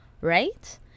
right